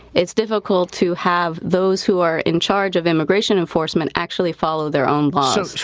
it's difficult to have those who are in charge of immigration enforcement actually follow their own laws.